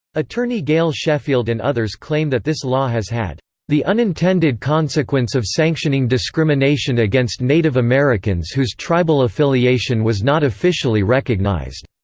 attorney gail sheffield and others claim that this law has had the unintended consequence of sanctioning discrimination discrimination against native americans whose tribal affiliation was not officially recognized.